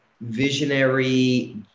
visionary